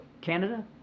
Canada